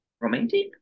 romantic